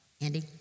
Andy